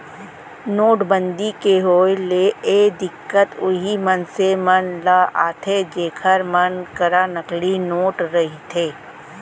नोटबंदी के होय ले ए दिक्कत उहीं मनसे मन ल आथे जेखर मन करा नकली नोट रहिथे